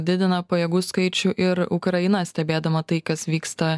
didina pajėgų skaičių ir ukraina stebėdama tai kas vyksta